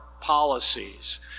policies